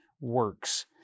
works